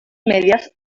medias